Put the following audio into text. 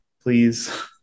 please